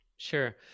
Sure